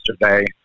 yesterday